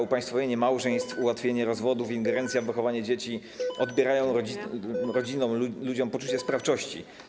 Upaństwowienie małżeństw, ułatwienie rozwodów i ingerencja w wychowywanie dzieci odbierają rodzinom, ludziom poczucie sprawczości.